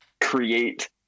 create